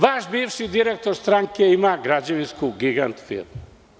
Vaš bivši direktor stranke ima građevinsku gigant firmu.